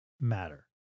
matter